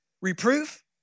reproof